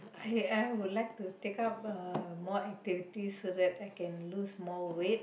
okay I would like to take up a more activity so that I could lose more weight